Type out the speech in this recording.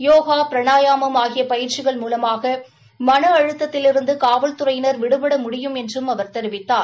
யோகா பிரணாயாமம் ஆகிய பயிற்சிகள் மூலமாக மன அழுத்தத்திலிருந்து காவல்துறையினா் விடுபட முடியும் என்றும் அவர் தெரிவித்தார்